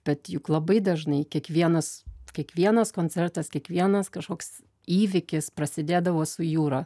bet juk labai dažnai kiekvienas kiekvienas koncertas kiekvienas kažkoks įvykis prasidėdavo su jūra